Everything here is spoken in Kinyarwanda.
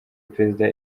perezida